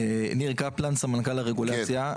אני ניר קפלן, סמנכ"ל הרגולציה.